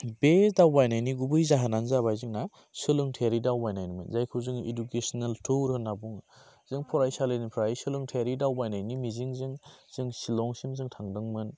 बे दावबायनायनि गुबै जाहोनानो जाबाय जोंना सोलोंथायारि दावबायनायमोन जायखौ जों इडुकेसनेल टुर होनना बुङोजों फरायसालिनिफ्राय सोलोंथायारि दावबायनायनि मिजिंजों जों सिलंसिम जों थांदोंमोन